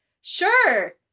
sure